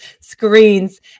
screens